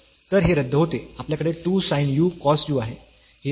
तर हे रद्द होते आपल्याकडे 2 sin u cos u आहे जे sin 2 u आहे